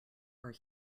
are